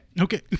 Okay